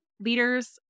leaders